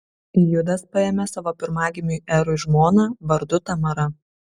judas paėmė savo pirmagimiui erui žmoną vardu tamara